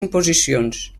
imposicions